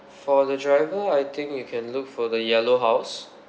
for the driver I think you can look for the yellow house